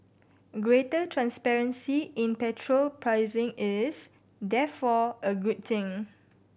greater transparency in petrol pricing is therefore a good thing